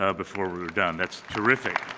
ah before we're done. that's terrific.